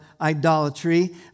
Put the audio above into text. idolatry